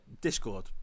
Discord